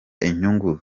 inyungu